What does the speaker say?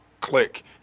click